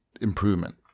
improvement